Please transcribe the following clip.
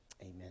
Amen